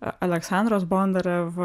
aleksandros bondarev